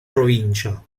provincia